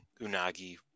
Unagi